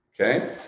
Okay